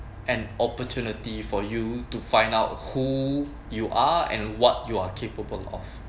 an opportunity for you to find out who you are and what you are capable of